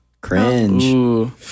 cringe